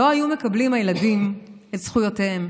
לא היו מקבלים הילדים את זכויותיהם.